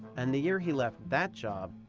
and the year he left that job,